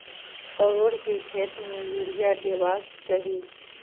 परोर केँ खेत मे यूरिया देबाक चही?